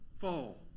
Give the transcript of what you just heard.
fall